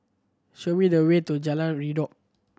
show me the way to Jalan Redop